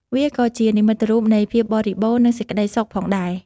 វាក៏ជានិមិត្តរូបនៃភាពបរិបូរណ៍ និងសេចក្តីសុខផងដែរ។